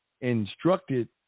instructed